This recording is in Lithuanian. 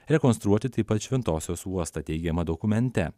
rekonstruoti taip pat šventosios uostą teigiama dokumente